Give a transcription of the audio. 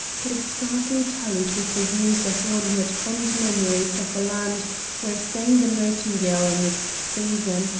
but it scarcely tallied with the views of one who had fond memories of a land where sang the nightingale in its season,